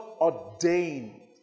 ordained